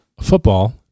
Football